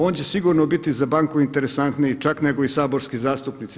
On će sigurno biti za banku interesantniji čak nego i saborski zastupnici.